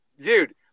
Dude